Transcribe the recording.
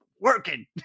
working